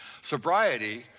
Sobriety